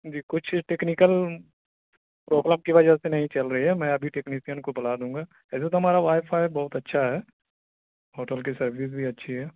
جی کچھ technical problem کی وجہ سے نہیں چل رہی ہے میں ابھی ٹیکنیشین کو بلا دوں گا ایسے تو ہمارا وائی فائی بہت اچھا ہے ہوٹل کی سروس بھی اچھی ہے